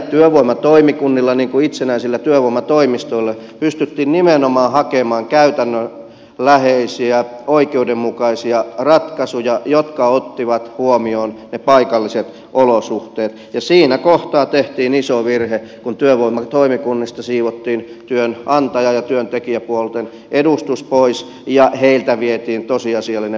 työvoimatoimikunnilla niin kuin itsenäisillä työvoimatoimistoilla pystyttiin nimenomaan hakemaan käytännönläheisiä oikeudenmukaisia ratkaisuja jotka ottivat huomioon paikalliset olosuhteet ja siinä kohtaa tehtiin iso virhe kun työvoimatoimikunnista siivottiin työnantaja ja työntekijäpuolten edustus pois ja heiltä vietiin tosiasiallinen päätäntävalta